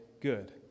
good